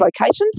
locations